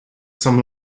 some